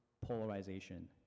polarization